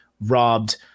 robbed